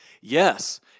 Yes